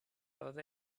other